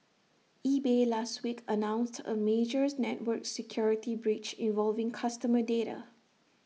eBay last week announced A major network security breach involving customer data